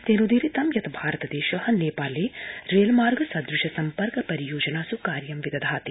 तेनोदीरितं यत् भारत देश नेपाले रेल मार्ग सदृश सम्पर्क परियोजनास् कार्य विदधाति